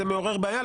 וזה מעורר בעיה.